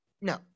No